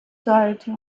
sollte